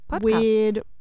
weird